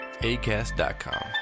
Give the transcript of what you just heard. acast.com